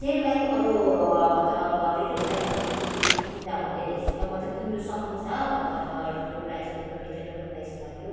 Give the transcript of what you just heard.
sale बाहेक अरू मतलब रिटेल प्राइजमा पनि किन् किन्दा हुने रहेछ मतलब किन्नु सकिन्छ मतलब त्यो प्राइजहरू पनि रिजनेबल प्राइज लाग्यो